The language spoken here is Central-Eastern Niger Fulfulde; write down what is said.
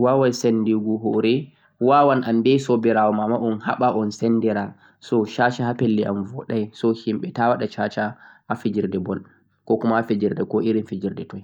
koh senɗegu hore hakkunɗe sobirɓe